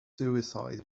suicide